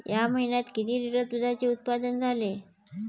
या महीन्यात किती लिटर दुधाचे उत्पादन झाले?